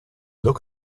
look